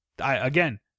again